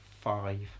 five